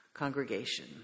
congregation